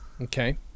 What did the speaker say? Okay